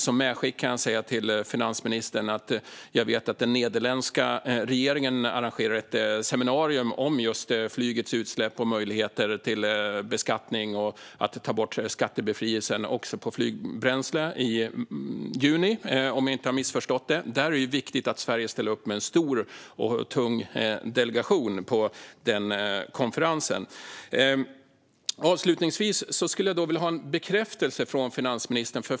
Som medskick kan jag säga till finansministern att den nederländska regeringen arrangerar ett seminarium i juni om flygets utsläpp och möjligheter till beskattning och borttagning av skattebefrielsen för flygbränsle, om jag inte har missförstått det. Det är viktigt att Sverige ställer upp med en stor och tung delegation på den konferensen. Jag skulle vilja ha en bekräftelse från finansministern.